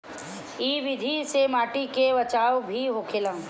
इ विधि से माटी के बचाव भी होखेला